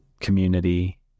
community